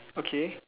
okay